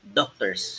doctors